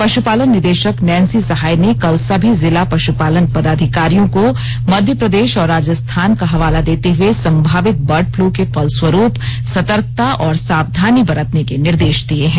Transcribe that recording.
पशुपालन निदेशक नैसी सहाय ने कल सभी जिला पशुपालन पदाधिकारियों को मध्य प्रदेश और राजस्थान का हवाला देते हुए संभावित बर्ड फ्लू के फलस्वरूप सतकंता और सावधानी बरतने के निर्देश दिए हैं